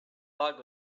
log